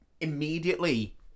immediately